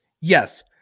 Yes